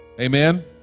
amen